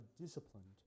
disciplined